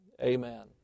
Amen